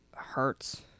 hurts